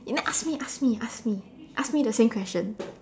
you know ask me ask me ask me ask me the same question